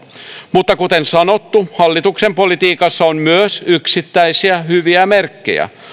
mutta kuten sanottu hallituksen politiikassa on myös yksittäisiä hyviä merkkejä